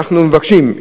אנחנו מבקשים,